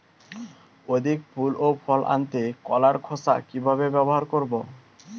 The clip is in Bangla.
অধিক ফুল ও ফল আনতে কলার খোসা কিভাবে ব্যবহার করব?